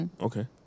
Okay